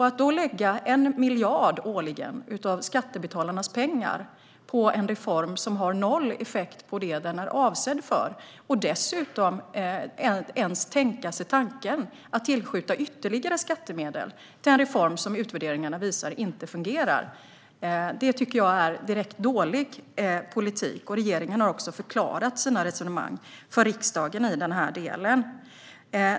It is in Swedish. Att då lägga 1 miljard årligen av skattebetalarnas pengar på en reform som har noll effekt på det den är avsedd för och dessutom ens tänka sig tanken att tillskjuta ytterligare skattemedel, den reform som utvärderingarna visar inte fungerar, är direkt dålig politik. Regeringen har också förklarat sina resonemang för riksdagen i den delen.